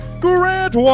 Grant